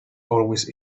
always